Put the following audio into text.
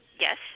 yes